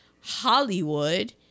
Hollywood